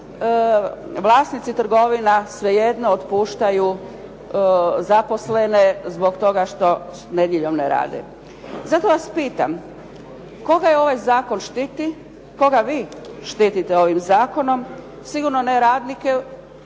ali vlasnici trgovina svejedno otpuštaju zaposlene zbog toga što nedjeljom ne rade. Zato vas pitam. Koga ovaj zakon štiti? Koga vi štitite ovim zakonom? Sigurno ne radnike,